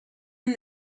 and